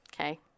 Okay